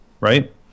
right